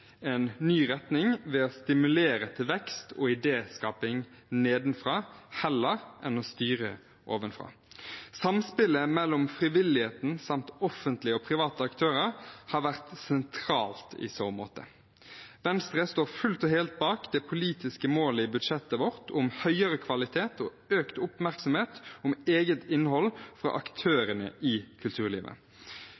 en ny retning ved å stimulere til vekst og idéskaping nedenfra heller enn å styre ovenfra. Samspillet mellom frivilligheten samt offentlige og private aktører har vært sentralt i så måte. Venstre står fullt og helt bak det politiske målet i budsjettet vårt om høyere kvalitet og økt oppmerksomhet om eget innhold fra